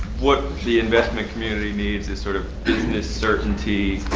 what the investment community needs is sort of business certainty